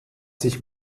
sich